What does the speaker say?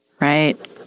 Right